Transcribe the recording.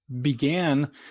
began